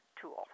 tool